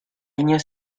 año